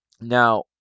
Now